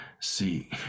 see